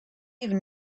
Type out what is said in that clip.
even